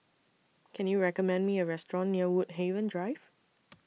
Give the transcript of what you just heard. Can YOU recommend Me A Restaurant near Woodhaven Drive